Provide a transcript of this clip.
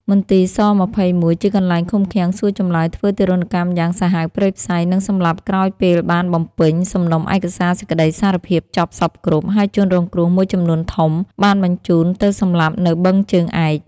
មន្ទីរ ស.២១ ជាកន្លែងឃុំឃាំងសួរចម្លើយធ្វើទារុណកម្មយ៉ាងសាហាវព្រៃផ្សៃ និងសម្លាប់ក្រោយពេលបានបំពេញ សំណុំឯកសារសេចក្ដីសារភាពចប់សព្វគ្រប់ ហើយជនរងគ្រោះមួយចំនួនធំ បានបញ្ជូនទៅសម្លាប់នៅបឹងជើងឯក។